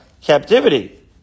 captivity